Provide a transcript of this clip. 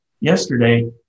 yesterday